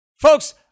Folks